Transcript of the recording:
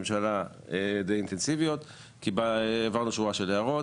של התייחסויות של הממשלה לחלק מההערות,